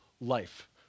life